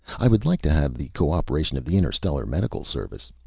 i would like to have the co-operation of the interstellar medical service.